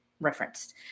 referenced